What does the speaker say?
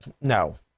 No